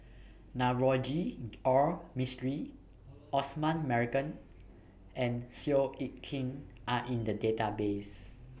Navroji R Mistri Osman Merican and Seow Yit Kin Are in The Database